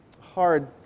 hard